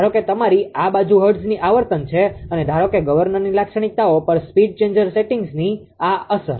ધારો કે તમારી આ બાજુ હર્ટ્ઝની આવર્તન છે અને ધારો કે ગવર્નરની લાક્ષણિકતાઓ પર સ્પીડ ચેન્જર સેટિંગ્સની આ અસર